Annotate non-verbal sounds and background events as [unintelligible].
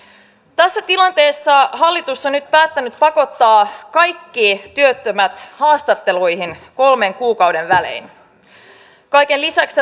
tässä tilanteessa hallitus on nyt päättänyt pakottaa kaikki työttömät haastatteluihin kolmen kuukauden välein kaiken lisäksi [unintelligible]